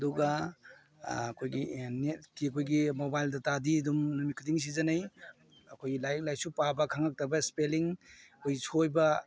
ꯑꯗꯨꯒ ꯑꯩꯈꯣꯏꯒꯤ ꯅꯦꯠꯀꯤ ꯑꯩꯈꯣꯏꯒꯤ ꯃꯣꯕꯥꯏꯜ ꯗꯥꯇꯥꯗꯤ ꯑꯗꯨꯝ ꯅꯨꯃꯤꯠ ꯈꯨꯗꯤꯡꯒꯤ ꯁꯤꯖꯟꯅꯩ ꯑꯩꯈꯣꯏꯒꯤ ꯂꯥꯏꯔꯤꯛ ꯂꯥꯏꯁꯨ ꯄꯥꯕ ꯈꯪꯉꯛꯇꯕ ꯏꯁꯄꯦꯂꯤꯡ ꯑꯩꯈꯣꯏ ꯁꯣꯏꯕ